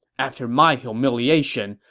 after my humiliation,